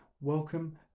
welcome